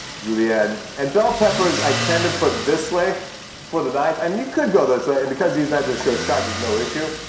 julienne. and bell peppers, i tend to put this way for the knife. um you could go this way. and because these knives are so sharp, there's no issue.